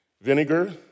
vinegar